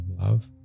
love